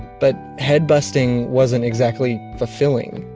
but head busting wasn't exactly fulfilling.